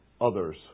others